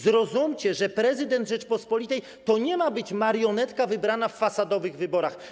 Zrozumcie, że prezydent Rzeczypospolitej to nie ma być marionetka wybrana w fasadowych wyborach.